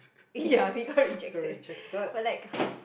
ya we got rejected but like how